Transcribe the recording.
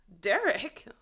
Derek